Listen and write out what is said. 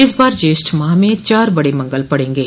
इस बार ज्येष्ठ माह में चार बडे मंगल पड़े गे